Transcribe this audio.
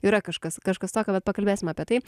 yra kažkas kažkas tokio vat pakalbėsim apie tai